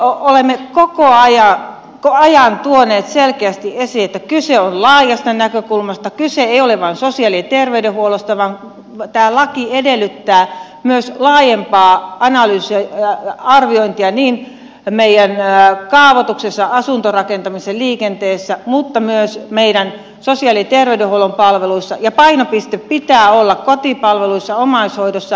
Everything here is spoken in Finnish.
me olemme koko ajan tuoneet selkeästi esiin että kyse on laajasta näkökulmasta kyse ei ole vain sosiaali ja terveydenhuollosta vaan tämä laki edellyttää myös laajempaa arviointia meidän kaavoituksessa asuntorakentamisessa liikenteessä mutta myös meidän sosiaali ja terveydenhuollon palveluissa ja painopisteen pitää olla kotipalveluissa omaishoidossa